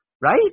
right